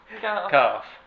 calf